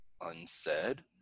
unsaid